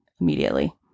immediately